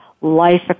life